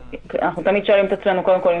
אנחנו תמיד שואלים את עצמנו קודם כול האם